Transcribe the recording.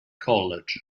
college